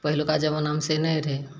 पहिलुका जबानामे से नहि रहै